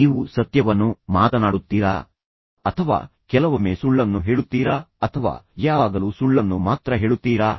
ನೀವು ಸತ್ಯವನ್ನು ಮಾತನಾಡುತ್ತೀರಾ ಅಥವಾ ಕೆಲವೊಮ್ಮೆ ಸುಳ್ಳನ್ನು ಹೇಳುತ್ತೀರಾ ಅಥವಾ ಯಾವಾಗಲೂ ಸುಳ್ಳನ್ನು ಮಾತ್ರ ಹೇಳುತ್ತೀರಾ